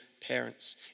parents